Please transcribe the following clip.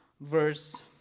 verse